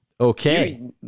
Okay